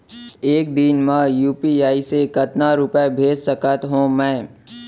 एक दिन म यू.पी.आई से कतना रुपिया भेज सकत हो मैं?